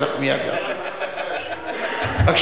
אם תרצי להשיב, אני אתן לך מייד להשיב.